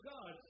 God